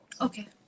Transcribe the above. Okay